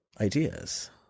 ideas